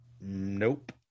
nope